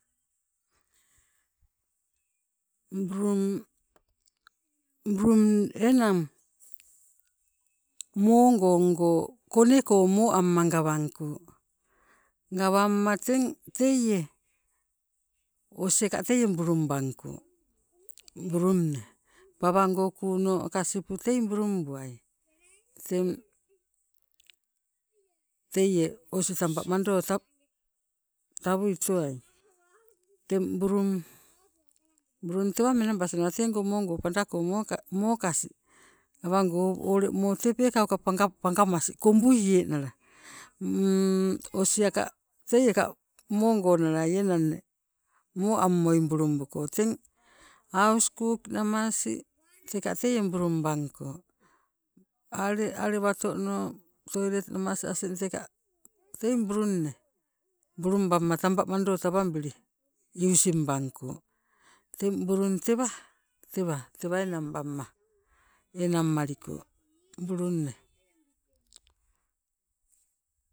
Brum, brum enang moogongo koneko moamma gawangko, gawamma teng teie osieka teie brum bangko brumne, pawango aka kuunu sipu tei brumbuwai, teng teie osi tamba mando tawui towai. Teng brum tewa menabas nawa tengo moogo padako mokasi awango o ule moo tee peekauka pangamas kombuienala osiaka teieka moogo nalalai enang nee moammoi bulumbuko teng hauskuk namasi teka teie brum bango, ale alewatono toilet namas asing teka tei brumne brumbamma tamba mandotawabili using bangko. Teng brum tewa, tewa enang bamma enang maliko brumne.